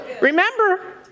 Remember